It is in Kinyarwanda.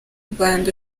rwanda